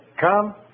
come